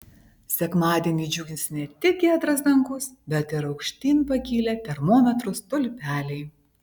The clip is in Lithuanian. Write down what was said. sekmadienį džiugins ne tik giedras dangus bet ir aukštyn pakilę termometrų stulpeliai